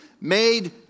made